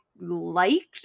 liked